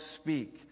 speak